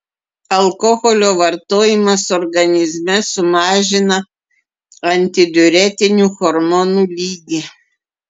alkoholio vartojimas organizme sumažina antidiuretinių hormonų lygį